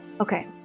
Okay